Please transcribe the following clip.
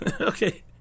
okay